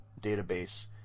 database